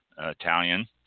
italian